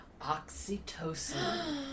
Oxytocin